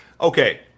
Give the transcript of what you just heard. okay